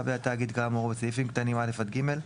בתאגיד כאמור בסעיפים קטנים (א) עד (ג),